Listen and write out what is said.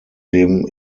dem